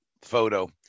photo